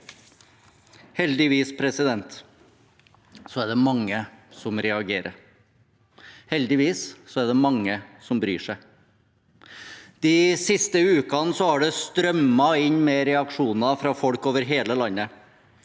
Heldigvis er det mange som reagerer. Heldigvis er det mange som bryr seg. De siste ukene har det strømmet inn med reaksjoner fra folk over hele landet.